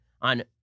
on